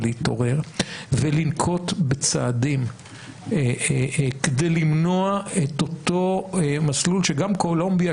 להתעורר ולנקוט בצעדים כדי למנוע את אותו מסלול שגם קולומביה,